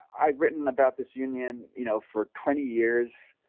i've written about this union, you know, for twenty years.